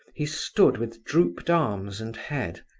he stood with drooped arms and head,